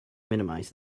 minimize